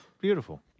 Beautiful